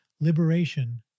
Liberation